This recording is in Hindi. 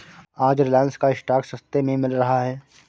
आज रिलायंस का स्टॉक सस्ते में मिल रहा है